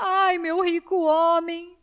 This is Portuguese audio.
o meu rico homem